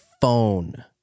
phone